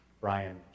Brian